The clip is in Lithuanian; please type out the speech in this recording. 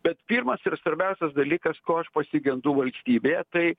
bet pirmas ir svarbiausias dalykas ko aš pasigendu valstybėje tai